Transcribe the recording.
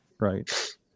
right